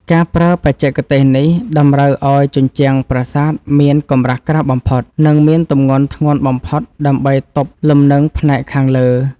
ការប្រើបច្ចេកទេសនេះតម្រូវឱ្យជញ្ជាំងប្រាសាទមានកម្រាស់ក្រាស់បំផុត និង មានទម្ងន់ធ្ងន់បំផុតដើម្បីទប់លំនឹងផ្នែកខាងលើ។